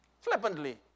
flippantly